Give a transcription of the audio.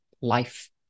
life